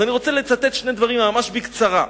אני רוצה לצטט שני דברים, ממש בקצרה.